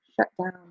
shutdown